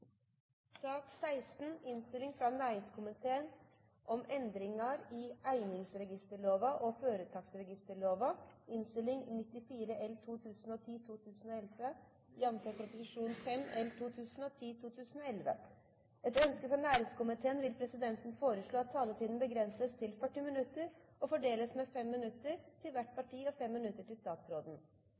sak nr. 17, og saken er dermed avsluttet – med et smil! Etter ønske fra næringskomiteen vil presidenten foreslå at taletiden begrenses til 40 minutter og fordeles med inntil 5 minutter til hvert parti og inntil 5 minutter til statsråden.